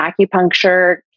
acupuncture